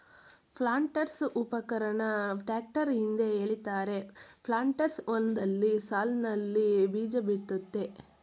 ಪ್ಲಾಂಟರ್ಸ್ಉಪಕರಣನ tractor ಹಿಂದೆ ಎಳಿತಾರೆ planters ಹೊಲ್ದಲ್ಲಿ ಸಾಲ್ನಲ್ಲಿ ಬೀಜಬಿತ್ತುತ್ತೆ